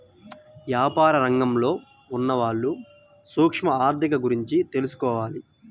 యాపార రంగంలో ఉన్నవాళ్ళు సూక్ష్మ ఆర్ధిక గురించి తెలుసుకోవాలి